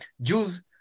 Jews